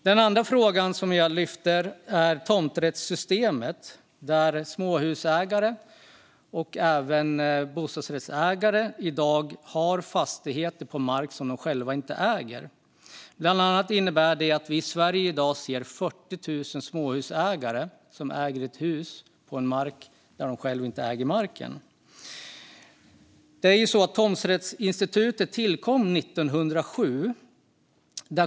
Den andra fråga jag vill lyfta är tomträttssystemet, som innebär att småhusägare och även bostadsrättsägare i dag har fastigheter på mark som de själva inte äger. Bland annat innebär det att vi i Sverige i dag har 40 000 småhusägare som äger hus på mark som de själva inte äger. Tomträttsinstitutet tillkom 1907.